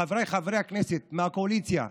חבריי חברי הכנסת מהקואליציה,